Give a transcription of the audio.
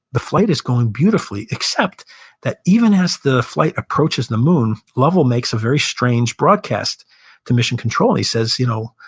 the flight is going beautifully. except that even as the flight approaches the moon, lovell makes a very strange broadcast to mission control. and he says, you know,